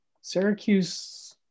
Syracuse